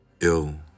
ill